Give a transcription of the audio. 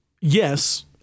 yes